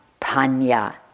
panya